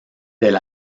del